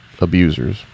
abusers